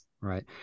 Right